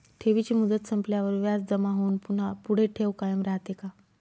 ठेवीची मुदत संपल्यावर व्याज जमा होऊन पुन्हा पुढे ठेव कायम राहते का?